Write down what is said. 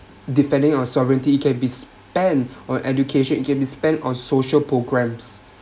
depending on sovereignty it can be spend on education it can be spend on social programmes